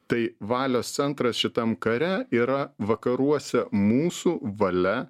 tai valios centras šitam kare yra vakaruose mūsų valia